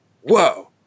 whoa